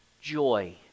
joy